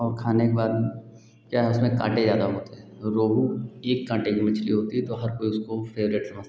और खाने के बाद क्या है उसमें काँटे ज़्यादा होते हैं तो रोहू एक काँटे की मछली होती है तो हर कोई उसको फेवरेट समझते हैं